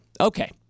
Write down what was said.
Okay